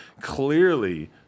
clearly